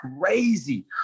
crazy